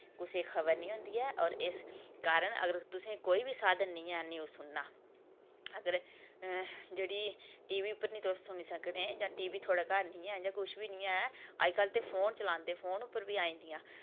कुसै खबर निं होंदी ऐ और इस कारन तुसें कोई बी साधन निं ऐ खबर सुनने दा अगर जेह्ड़ी टीवी पर निं तुस सुनी सकने जां टीवी थुआढ़े घर निं ऐ किश बी निं ऐ अजकल ते फोन चलांदे फोन उप्पर बी आई जंदियां